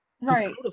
Right